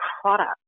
product